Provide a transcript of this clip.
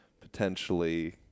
potentially